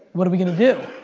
what are we gonna do?